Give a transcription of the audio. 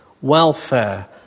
welfare